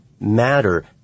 matter